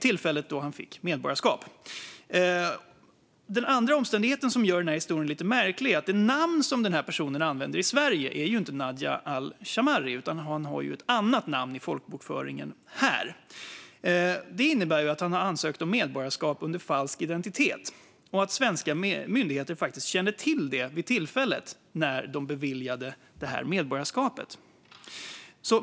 Den andra omständigheten som gör den här historien lite märklig är att det namn som den här personen använder i Sverige inte är Najah al-Shammari, utan han har ett annat namn i folkbokföringen här. Det innebär att han har ansökt om medborgarskap under falsk identitet och att svenska myndigheter kände till detta vid det tillfälle de beviljade medborgarskapet.